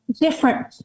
Different